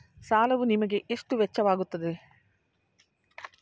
ಸಾಲವು ನಿಮಗೆ ಎಷ್ಟು ವೆಚ್ಚವಾಗುತ್ತದೆ?